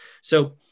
So-